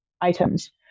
items